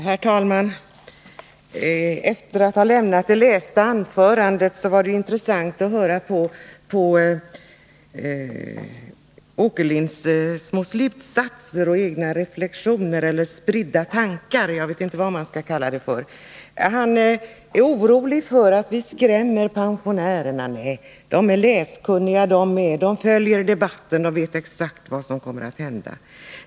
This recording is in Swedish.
Herr talman! De små slutsatser, egna reflexioner eller spridda tankar — jag vet inte vad man skall kalla dem — som Allan Åkerlind anförde sedan han lämnat sitt skrivna anförande var intressanta. Allan Åkerlind är orolig för att vi skrämmer pensionärerna. Men det gör vi inte, Allan Åkerlind. De är läskunniga de också, och de följer debatten och Nr 46 vet exakt vad som kommer att hända.